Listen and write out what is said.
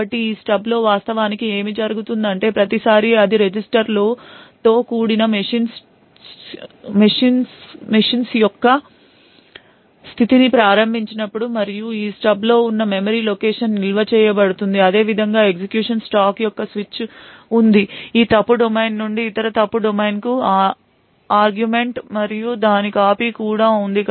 కాబట్టి ఈ స్టబ్స్లో వాస్తవానికి ఏమి జరుగుతుందంటే ప్రతిసారీ అది రిజిస్టర్లతో కూడిన మెషిన్ యొక్క స్థితి ని ప్రారంభించినప్పుడు మరియు ఈ స్టబ్లో ఉన్న మెమరీ లొకేషన్లో నిల్వ చేయబడుతుంది అదేవిధంగా ఎగ్జిక్యూషన్ స్టాక్ యొక్క స్విచ్ ఉంది ఈ ఫాల్ట్ డొమైన్ నుండి ఇతర ఫాల్ట్ డొమైన్కు argument మరియు దాని కాపీ కూడ ఉంది